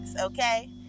okay